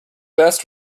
best